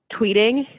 tweeting